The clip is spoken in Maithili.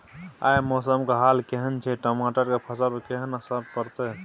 आय मौसम के हाल केहन छै टमाटर के फसल पर केहन असर परतै?